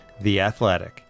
theathletic